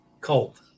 Cold